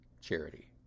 charity